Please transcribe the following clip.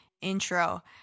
intro